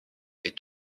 est